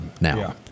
Now